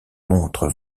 montres